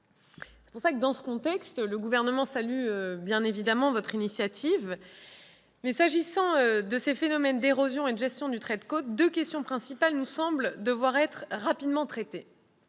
raison pour laquelle, dans ce contexte, le Gouvernement salue votre initiative. S'agissant de ces phénomènes d'érosion et de gestion du trait de côte, deux questions principales nous semblent en effet devoir être rapidement traitées.